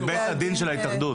זה בית הדין של ההתאחדות.